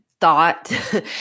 thought